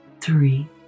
three